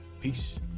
Peace